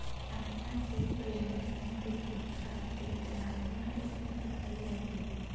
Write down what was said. Tata tea premium ಒಂದ್ KG ಚಾಪುಡಿಗೆ ನಾಲ್ಕ್ನೂರಾ ಎಪ್ಪತ್ ರೂಪಾಯಿ ರೈಟ್ ಐತಿ